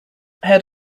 head